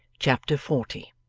chapter forty